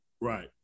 Right